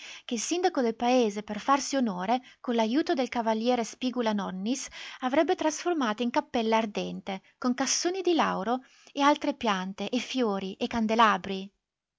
che il sindaco del paese per farsi onore con l'ajuto del cav spigula-nonnis avrebbe trasformato in cappella ardente con cassoni di lauro e altre piante e fiori e candelabri